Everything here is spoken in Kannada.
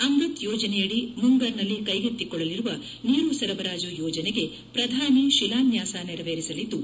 ಅಮೃತ್ ಯೋಜನೆಯಡಿ ಮುಂಗರ್ನಲ್ಲಿ ಕೈಗೆತ್ತಿಕೊಳ್ಳಲಿರುವ ನೀರು ಸರಬರಾಜು ಯೋಜನೆಗೆ ಪ್ರಧಾನಿ ಶಿಲಾನ್ಡಾಸ ನೆರವೇರಿಸಲಿದ್ದು